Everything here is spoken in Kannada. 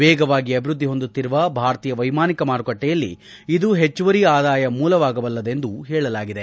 ವೇಗವಾಗಿ ಅಭಿವೃದ್ಧಿ ಹೊಂದುತ್ತಿರುವ ಭಾರತೀಯ ವೈಮಾನಿಕ ಮಾರುಕಟ್ಟೆಯಲ್ಲಿ ಇದು ಹೆಚ್ಚುವರಿ ಆದಾಯ ಮೂಲವಾಗಬಲ್ಲದೆಂದು ಹೇಳಲಾಗಿದೆ